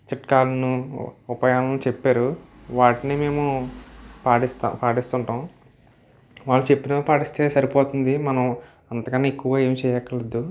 చిట్కాలను ఉపాయాలను చెప్పారు వాటిని మేము పాటిస్తాం పాటిస్తుంటాం వాళ్ళు చెప్పిన పాటిస్తే సరిపోతుంది మనం అంతకన్నా ఎక్కువ ఏమి చేయక్కర్లేదు